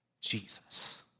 Jesus